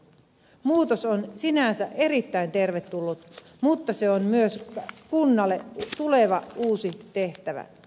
muutos on sinänsä erittäin tervetullut mutta se on myös kunnalle tuleva uusi tehtävä